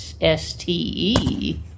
S-T-E